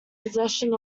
possession